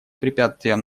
препятствием